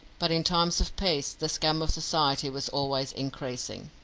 but in times of peace the scum of society was always increasing.